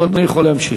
אדוני יכול להמשיך.